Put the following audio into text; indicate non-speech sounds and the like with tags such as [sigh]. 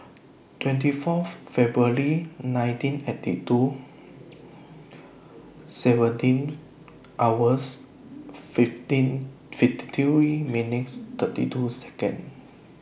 twenty Fourth February nineteen eighty two seventeen hours fifteen [unintelligible] minutes thirty two Second